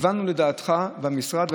שכיוונו לדעתך במשרד.